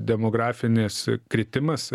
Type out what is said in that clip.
demografinis kritimas